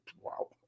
Wow